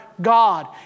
God